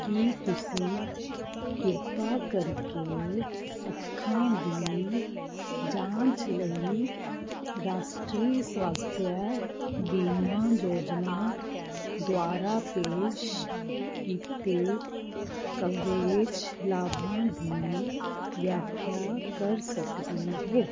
ਕੀ ਤੁਸੀਂ ਕਿਰਪਾ ਕਰਕੇ ਅੱਖਾਂ ਦੀ ਜਾਂਚ ਲਈ ਰਾਸ਼ਟਰੀ ਸਵਾਸਥਯ ਬੀਮਾ ਯੋਜਨਾ ਦੁਆਰਾ ਪੇਸ਼ ਕੀਤੇ ਕਵਰੇਜ ਲਾਭਾਂ ਦੀ ਵਿਆਖਿਆ ਕਰ ਸਕਦੇ ਹੋ